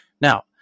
Now